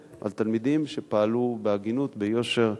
על תלמידים שפעלו בהגינות, ביושר,